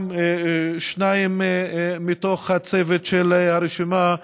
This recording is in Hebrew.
גם הם שניים מתוך הצוות של הרשימה,